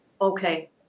Okay